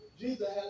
Jesus